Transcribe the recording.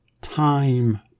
time